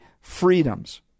freedoms